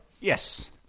Yes